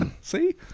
See